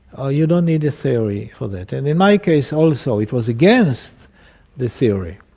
ah you don't need a theory for that. and in my case also it was against the theory.